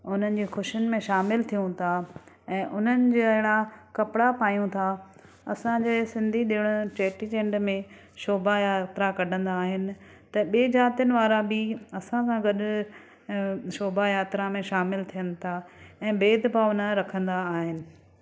उननि जे ख़ुशियुनि में शामिल थियूं था ऐं उननि जहिड़ा कपड़ा पायूं था असां जे सिंधी ॾिण चेटी चंड में शोभा यात्रा कढ़ंदा आहिनि त ॿे जातिनि वारा बि असां सां गॾु ऐं शोभा यात्रा में शामिल थियनि था ऐं भेदभाव न रखंदा आहिनि